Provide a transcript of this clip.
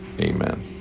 Amen